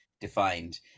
defined